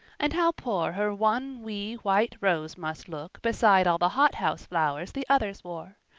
and how poor her one wee white rose must look beside all the hothouse flowers the others wore!